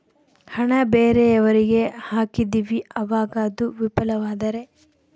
ಹಣ ಬೇರೆಯವರಿಗೆ ಹಾಕಿದಿವಿ ಅವಾಗ ಅದು ವಿಫಲವಾದರೆ?